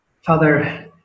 Father